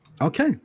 Okay